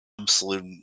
absolute